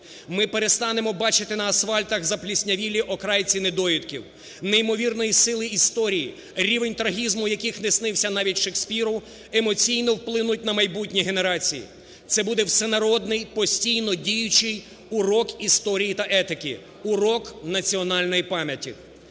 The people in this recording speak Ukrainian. Ми перестанемо бачити на асфальтах запліснявілі окрайці недоїдків. Неймовірної сили історії, рівень трагізму яких не снився навіть Шекспіру, емоційно вплинуть на майбутнє генерації. Це буде всенародний, постійно діючий урок історії та етики, урок національної пам'яті.